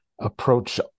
approach